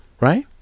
right